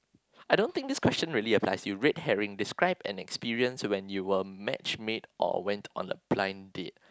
I don't think this question really applies red herring describe an experience when you were match made or went on a blind date